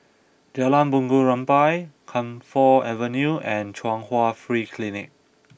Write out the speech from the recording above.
Jalan Bunga Rampai Camphor Avenue and Chung Hwa Free Clinic